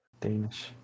Danish